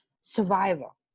survival